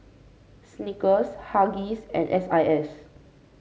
Snickers Huggies and S I S